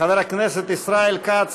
חבר הכנסת ישראל כץ,